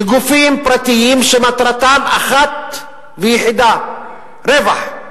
לגופים פרטיים, שמטרתם אחת ויחידה רווח.